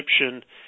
Egyptian